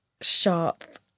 sharp